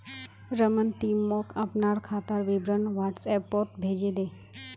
रमन ती मोक अपनार खातार विवरण व्हाट्सएपोत भेजे दे